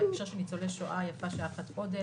שבהקשר של ניצולי השואה יפה שעה אחת קודם.